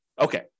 okay